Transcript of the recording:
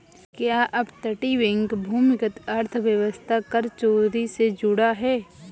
क्या अपतटीय बैंक भूमिगत अर्थव्यवस्था एवं कर चोरी से जुड़ा है?